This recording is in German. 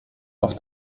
auf